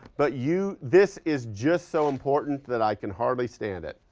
but you this is just so important that i can hardly stand it,